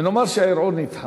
נאמר שהערעור נדחה,